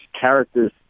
characters